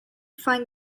find